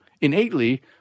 innately